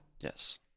Yes